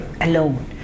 alone